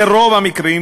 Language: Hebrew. ברוב המקרים